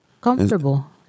Comfortable